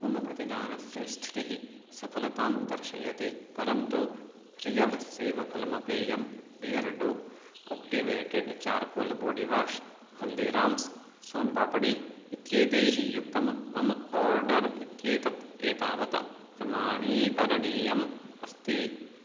मम प्रतिदानस्य स्थितिः सफलतां दर्शयति परन्तु रियल् सेवफलमपेयं Beardo activated charcoal body wash Haldiram's soan papdi इत्येतैः युक्तं मम आर्डर् इत्येतत् एतावत् प्रमाणीकरणीयम् अस्ति